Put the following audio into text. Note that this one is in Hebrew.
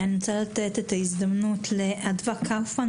אני רוצה לתת את רשות הדיבור לאדוה קאופמן,